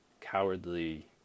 cowardly